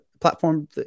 platform